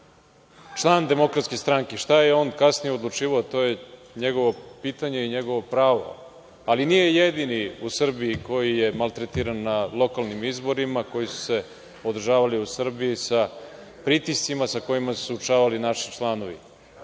član Demokratske stranke, šta je on kasnije odlučivao, to je njegovo pitanje i njegovo pravo, ali nije jedini u Srbiji koji je maltretiran na lokalnim izborima koji su se održavali u Srbiji, sa pritiscima sa kojima su se suočavali naši članovi.